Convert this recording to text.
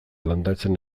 landatzen